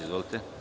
Izvolite.